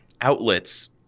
outlets